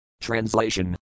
Translation